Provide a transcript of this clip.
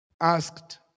asked